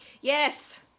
Yes